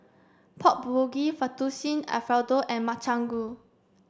Pork Bulgogi Fettuccine Alfredo and Makchang Gui